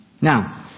Now